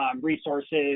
resources